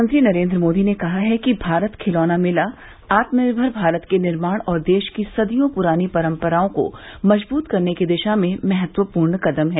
प्रधानमंत्री नरेन्द्र मोदी ने कहा है कि भारत खिलौना मेला आत्मनिर्भर भारत के निर्माण और देश की सदियों पुरानी परंपराओं को मजबूत करने की दिशा में महत्वपूर्ण कृदम है